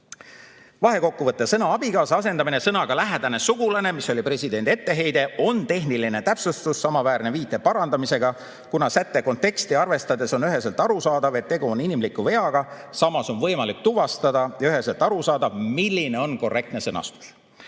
Vahekokkuvõte: sõna "abikaasa" asendamine sõnadega "lähedane sugulane", mis oli presidendi etteheide, on tehniline täpsustus, samaväärne viite parandamisega, kuna sätte konteksti arvestades on üheselt arusaadav, et tegu on inimliku veaga. Samas on võimalik tuvastada ja üheselt arusaadav, milline on korrektne